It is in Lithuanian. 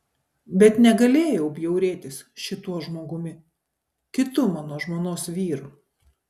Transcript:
bet negalėjau bjaurėtis šituo žmogumi kitu mano žmonos vyru